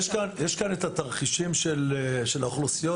יש כאן התרחישים של האוכלוסיות.